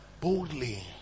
boldly